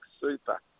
super